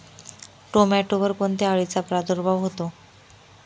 टोमॅटोवर कोणत्या अळीचा प्रादुर्भाव होतो?